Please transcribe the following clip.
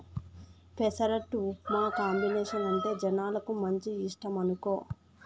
పెసరట్టు ఉప్మా కాంబినేసనంటే జనాలకు మంచి ఇష్టమనుకో